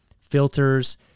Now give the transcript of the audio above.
filters